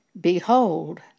Behold